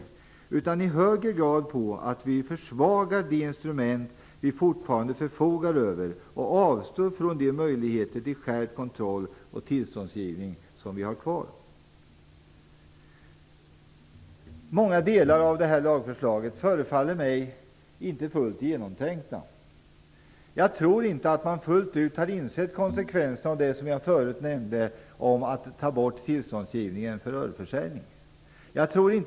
Det beror i stället i stor utsträckning på att vi försvagar det instrument vi fortfarande förfogar över och avstår de möjligheter till skärpt kontroll och tillståndsgivning som vi har kvar. Många delar av det här lagförslaget förefaller mig inte vara fullt så genomtänkta. Jag tror inte att man fullt ut har insett konsekvenserna av att ta bort tillståndsgivningen för ölförsäljningen, som jag tidigare nämnde.